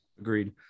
Agreed